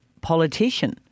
politician